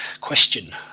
question